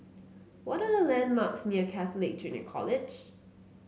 what are the landmarks near Catholic Junior College